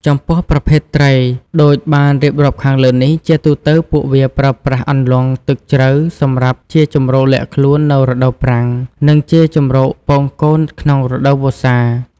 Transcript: ចំពោះប្រភេទត្រីដូចបានរៀបរាប់ខាងលើនេះ ជាទូទៅ ពួកវាប្រើប្រាស់អន្លង់ទឹកជ្រៅសម្រាប់ជាជម្រកលាក់ខ្លួននៅរដូវប្រាំង និងជាជម្រកពង-កូនក្នុងរដូវវស្សា។